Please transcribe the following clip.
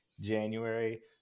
January